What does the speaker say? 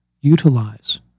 utilize